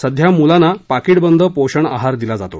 सध्या मुलांना पाकिटबंद पोषण आहार दिला जातो